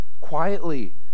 quietly